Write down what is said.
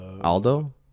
Aldo